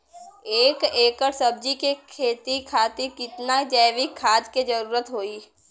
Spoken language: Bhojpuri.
एक एकड़ सब्जी के खेती खातिर कितना जैविक खाद के जरूरत होई?